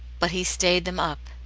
but he stayed them up,